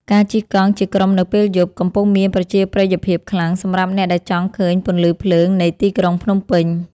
ការជិះកង់ជាក្រុមនៅពេលយប់ កំពុងមានប្រជាប្រិយភាពខ្លាំងសម្រាប់អ្នកដែលចង់ឃើញពន្លឺភ្លើងនៃទីក្រុងភ្នំពេញ។